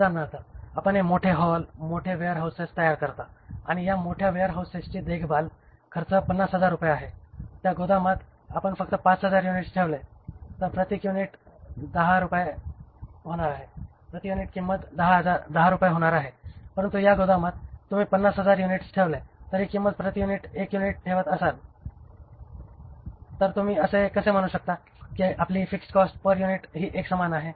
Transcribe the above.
उदाहरणार्थ आपण हे मोठे हॉल मोठे वेअरहाऊस तयार करता आणि या मोठ्या वेअरहाऊसची देखभाल खर्च 50000 रुपये आहे या गोदामात आपण फक्त 5000 युनिट ठेवले तर प्रति युनिट किंमती 10 रुपये होणार आहे परंतु ह्या गोदामात जर तुम्ही 50000 युनिट्स ठेवली तर ही किंमत प्रति युनिट 1 रूपये असेल म्हणून आपण एका प्रोडक्टचे 50000 युनिट्स ठेवत आहात आणि दुसर्या प्रोडक्टचे 5000 युनिट्स ठेवत आहात तर तुम्ही असे कसे म्हणू शकता की आपली फिक्स्ड कॉस्ट पर युनिट हा एकसमान आहे